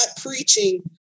preaching